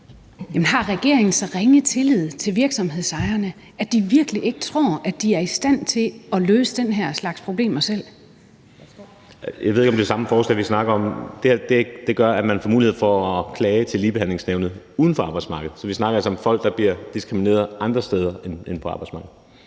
har regeringen så ringe tillid til virksomhedsejerne, at de virkelig ikke tror, at de er i stand til at løse den her slags problemer selv? Kl. 20:17 Anden næstformand (Pia Kjærsgaard): Værsgo. Kl. 20:17 Lars Aslan Rasmussen (S): Jeg ved ikke, om det er samme forslag, vi snakker om. Det her gør, at man får mulighed for at klage til Ligebehandlingsnævnet uden for arbejdsmarkedet. Så vi snakker altså om folk, der bliver diskrimineret andre steder end på arbejdsmarkedet.